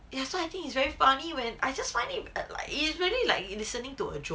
ya so I think it's very funny when I just find it at like it's really like listening to a joke